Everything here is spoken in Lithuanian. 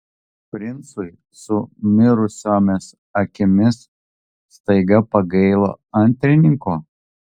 princui su mirusiomis akimis staiga pagailo antrininko